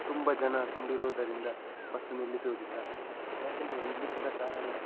ತುಂಬ ಜನ ತುಂಬಿರುವುದರಿಂದ ಬಸ್ಸು ನಿಲ್ಲಿಸುವುದಿಲ್ಲ ಯಾಕೆಂದರೆ ನಿಲ್ಲಿಸಿದ ಕಾರಣ